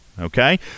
okay